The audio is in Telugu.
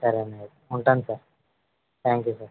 సరేనండి అయితే ఉంటాను సార్ థ్యాంక్ యూ సార్